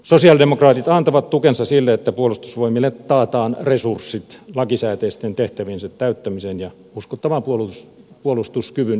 sosialidemokraatit antavat tukensa sille että puolustusvoimille taataan resurssit lakisääteisten tehtäviensä täyttämiseen ja uskottavan puolustuskyvyn ylläpitämiseen